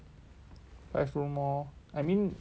five room lor I mean five room